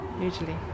usually